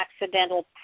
accidental